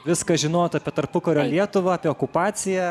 viską žinojot apie tarpukario lietuvą apie okupaciją